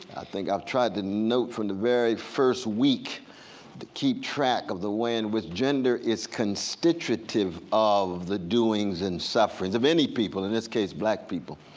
think i've tried to note from the very first week to keep track of the way in which gender is constitutive of the doings and sufferings of any people, in this case black people.